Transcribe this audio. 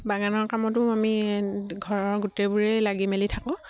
বাগানৰ কামতো আমি ঘৰৰ গোটেইবোৰেই লাগি মেলি থাকোঁ